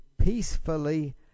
peacefully